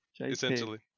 Essentially